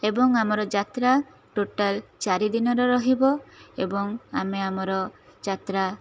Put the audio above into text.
ଏବଂ ଆମର ଯାତ୍ରା ଟୋଟାଲ ଚାରି ଦିନର ରହିବ ଏବଂ ଆମେ ଆମର ଯାତ୍ରା